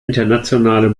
internationale